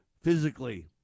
physically